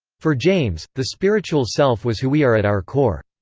for james, the spiritual self was who we are at our core.